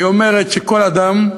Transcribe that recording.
והיא אומרת שכל אדם,